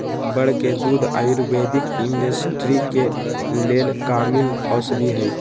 बड़ के दूध आयुर्वैदिक इंडस्ट्री के लेल कामिल औषधि हई